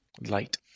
Light